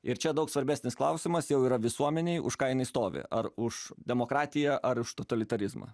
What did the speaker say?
ir čia daug svarbesnis klausimas jau yra visuomenei už ką jinai stovi ar už demokratiją ar už totalitarizmą